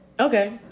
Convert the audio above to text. Okay